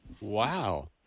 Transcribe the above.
Wow